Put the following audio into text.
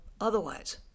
otherwise